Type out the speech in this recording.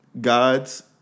God's